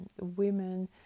women